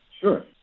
Sure